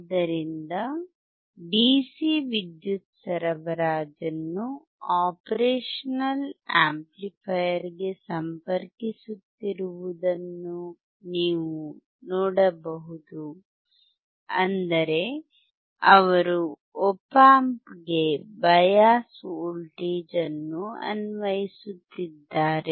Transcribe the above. ಆದ್ದರಿಂದ ಡಿಸಿ ವಿದ್ಯುತ್ ಸರಬರಾಜನ್ನು ಆಪರೇಷನಲ್ ಆಂಪ್ಲಿಫೈಯರ್ ಗೆ ಸಂಪರ್ಕಿಸುತ್ತಿರುವುದನ್ನು ನೀವು ನೋಡಬಹುದು ಅಂದರೆ ಅವರು ಆಪ್ ಆಂಪ್ಗೆ ಬಯಾಸ್ ವೋಲ್ಟೇಜ್ ಅನ್ನು ಅನ್ವಯಿಸುತ್ತಿದ್ದಾರೆ